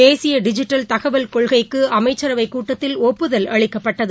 தேசியடிஜிட்டல் தகவல் கொள்கைக்கும் இக்கூட்டத்தில் ஒப்புதல் அளிக்கப்பட்டது